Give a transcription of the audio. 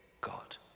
God